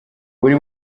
buri